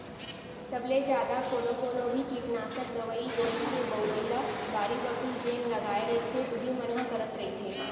सब ले जादा कोनो कोनो भी कीटनासक दवई गोली के बउरई ल बाड़ी बखरी जेन लगाय रहिथे उही मन ह करत रहिथे